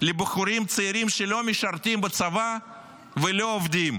לבחורים צעירים שלא משרתים בצבא ולא עובדים,